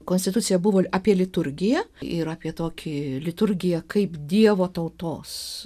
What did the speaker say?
konstitucija buvo apie liturgiją ir apie tokį liturgiją kaip dievo tautos